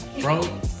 Bro